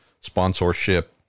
sponsorship